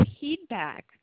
feedback